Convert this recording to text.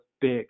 big